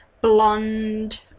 blonde